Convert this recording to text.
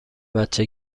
بچه